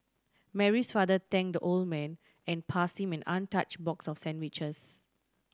Mary's father thanked the old man and passed him and untouched box of sandwiches